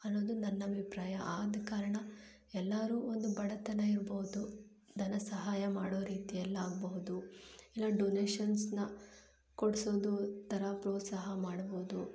ಅನ್ನೋದು ನನ್ನ ಅಭಿಪ್ರಾಯ ಆದ ಕಾರಣ ಎಲ್ಲರೂ ಒಂದು ಬಡತನ ಇರ್ಬೋದು ಧನ ಸಹಾಯ ಮಾಡೋ ರೀತಿಯಲ್ಲಾಗಬಹುದು ಇಲ್ಲ ಡೊನೇಷನ್ಸ್ನ ಕೊಡ್ಸೋದು ಈ ಥರ ಪ್ರೋತ್ಸಾಹ ಮಾಡಬೋದು